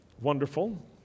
wonderful